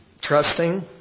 Trusting